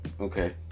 Okay